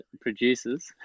Producers